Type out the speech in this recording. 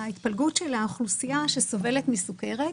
התפלגות האוכלוסייה שסובלת מסוכרת.